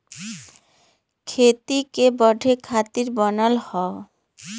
खेती के बढ़े खातिर बनल हौ